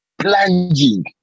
plunging